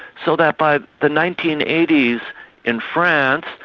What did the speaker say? so that by the nineteen eighty s in france,